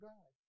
God